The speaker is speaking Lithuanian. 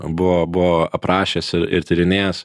buvo buvo aprašęs ir ir tyrinėjęs